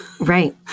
Right